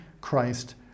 Christ